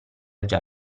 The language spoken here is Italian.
già